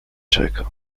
czekam